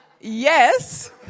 yes